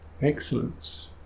Excellence